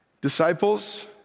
Disciples